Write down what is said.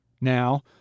Now